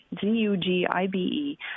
Z-U-G-I-B-E